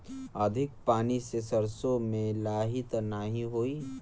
अधिक पानी से सरसो मे लाही त नाही होई?